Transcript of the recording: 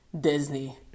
Disney